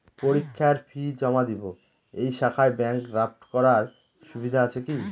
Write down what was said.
পরীক্ষার ফি জমা দিব এই শাখায় ব্যাংক ড্রাফট করার সুবিধা আছে কি?